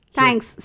Thanks